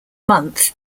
month